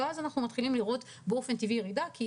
ואז אנחנו מתחילים לראות ירידה באופן טבעי כי